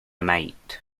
might